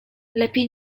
lepiej